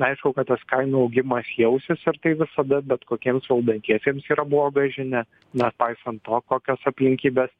aišku kad tas kainų augimas jausis ir tai visada bet kokiems valdantiesiems yra bloga žinia nepaisant to kokios aplinkybės